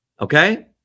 Okay